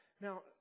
Now